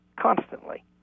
constantly